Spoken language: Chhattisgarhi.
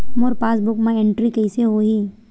मोर पासबुक मा एंट्री कइसे होही?